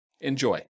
Enjoy